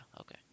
okay